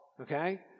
okay